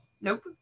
Nope